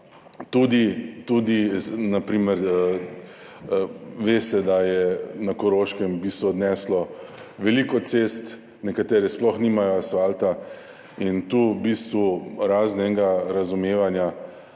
Tudi na primer veste, da je na Koroškem v bistvu odneslo veliko cest, nekatere sploh nimajo asfalta. Tu vam v bistvu razen enega razumevanja